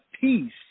peace